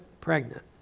pregnant